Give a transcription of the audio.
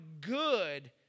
good